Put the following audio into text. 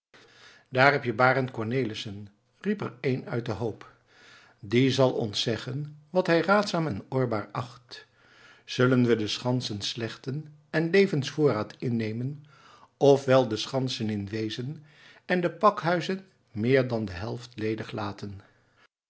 daar heb je barend cornelissen riep er een uit den hoop die zal ons zeggen wat hij raadzaam en oorbaar acht zullen we de schansen slechten en levensvoorraad innemen f wel de schansen in wezen en de pakhuizen meer dan half ledig laten